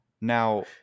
Now